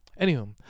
Anywho